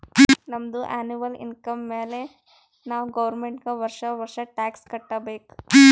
ನಮ್ದು annual income ಮ್ಯಾಲೆ ನಾವ್ ಗೌರ್ಮೆಂಟ್ಗ್ ವರ್ಷಾ ವರ್ಷಾ ಟ್ಯಾಕ್ಸ್ ಕಟ್ಟಬೇಕ್